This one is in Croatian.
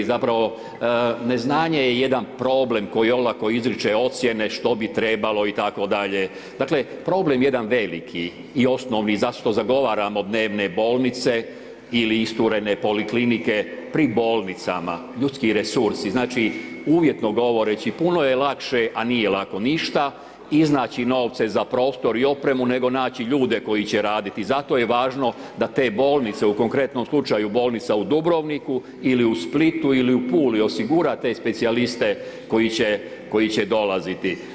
Zapravo neznanje je jedan problem koji olako izriče ocjene što bi trebalo itd., dakle problem jedan veliki i osnovni zašto zagovaramo dnevne bolnici ili isturene poliklinike pri bolnicama, ljudski resursi, znači uvjetno govoreći puno je lakše, a nije lako ništa, iznaći novce za prostor i opremu nego naći ljude koji će raditi, zato je važno da te bolnice u konkretnom slučaju bolnica u Dubrovniku ili u Splitu ili u Puli, osigura te specijaliste koji će dolaziti.